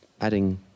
adding